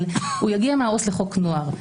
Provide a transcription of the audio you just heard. והוא יגיע מהעובד הסוציאלי לחוק נוער.